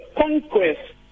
conquest